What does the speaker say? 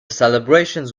celebrations